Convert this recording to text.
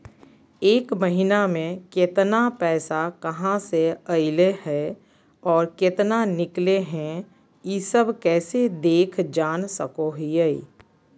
एक महीना में केतना पैसा कहा से अयले है और केतना निकले हैं, ई सब कैसे देख जान सको हियय?